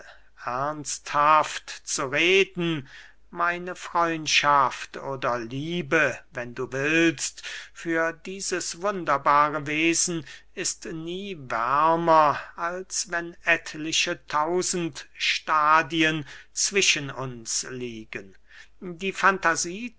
ernsthaft zu reden meine freundschaft oder liebe wenn du willst für dieses wunderbare wesen ist nie wärmer als wenn etliche tausend stadien zwischen uns liegen die fantasie